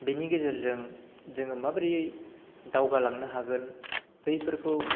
बिनि गेजेरजों जोङो माबोरै दावगा लांनो हागोन बैफोरखौ